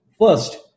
First